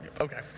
Okay